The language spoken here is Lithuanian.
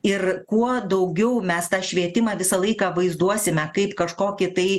ir kuo daugiau mes tą švietimą visą laiką vaizduosime kaip kažkokį tai